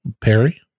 Perry